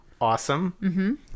Awesome